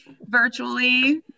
Virtually